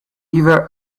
ever